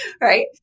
Right